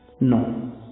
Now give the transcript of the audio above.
No